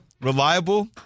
reliable